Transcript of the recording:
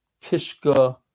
kishka